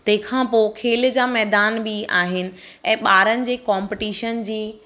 तंहिंखां पोइ खेल जा मैदान बि आहिनि ऐं ॿारनि जे कॉम्पटिशन जी